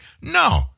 No